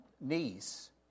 niece